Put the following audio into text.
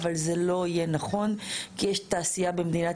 אבל זה לא יהיה נכון כי יש תעשייה במדינת